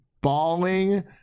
bawling